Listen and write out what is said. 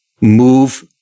move